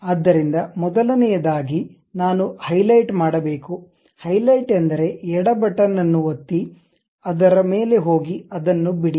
ಆದ್ದರಿಂದ ಮೊದಲನೆಯದಾಗಿ ನಾನು ಹೈಲೈಟ್ ಮಾಡಬೇಕು ಹೈಲೈಟ್ ಎಂದರೆ ಎಡ ಬಟನ್ಅನ್ನು ಒತ್ತಿ ಅದರ ಮೇಲೆ ಹೋಗಿ ಅದನ್ನು ಬಿಡಿ